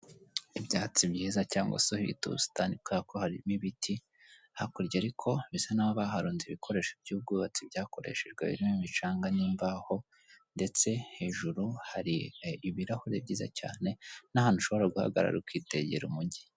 Ibyatsi byiza, cyangwa se bita ubusitani, kubera ko harimo ibiti, hakurya ariko bisa n'aho, baharunze ibikoresho by'ubwubatsi byakoreshejwe, birimo imicanga n'imbaho, ndetse hejuru hari ibirahuri byiza cyane, n'ahantu ushobora guhagarara ukitegera umujyi.